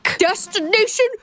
Destination